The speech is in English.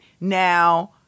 now